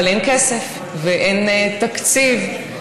אבל אין כסף ואין תקציב,